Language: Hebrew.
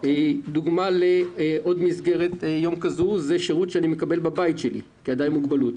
עוד דוגמה למסגרת יום כזו היא שירותים שאדם מקבל בביתו כאדם עם מוגבלות,